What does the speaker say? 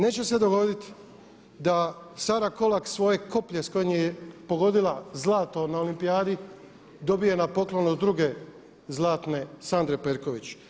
Neće se dogoditi da Sara Kolak svoje koplje s kojim je pogodila zlato na olimpijadi dobije na poklon od druge zlatne Sandre Perković.